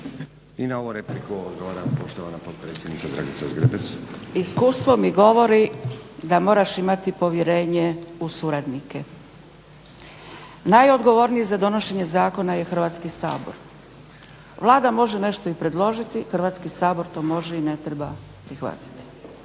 I na ovu repliku odgovora poštovana potpredsjednica Dragica Zgrebec. **Zgrebec, Dragica (SDP)** Iskustvo mi govori da moraš imati povjerenje u suradnike. Najodgovorniji za donošenje Zakona je Hrvatski sabor. Vlada može nešto i predložiti, Hrvatski sabor to može i ne treba prihvatiti.